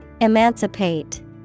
Emancipate